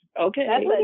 Okay